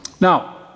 Now